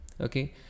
okay